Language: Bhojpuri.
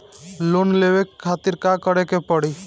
लोन लेवे खातिर का करे के पड़ी?